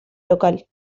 local